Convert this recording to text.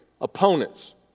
opponents